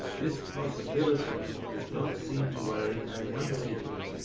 this possibility does not seem to worry our young people,